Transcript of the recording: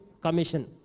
commission